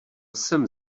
jsem